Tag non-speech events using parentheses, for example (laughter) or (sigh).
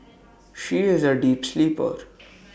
she is A deep sleeper (noise)